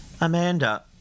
Amanda